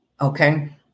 Okay